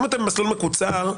אם אתם במסלול מקוצר,